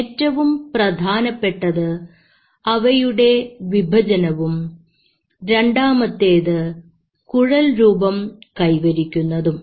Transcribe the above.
ഏറ്റവും പ്രധാനപ്പെട്ടത് അവയുടെ വിഭജനവും രണ്ടാമത്തേത് കുഴൽ രൂപം കൈവരിക്കുന്നതും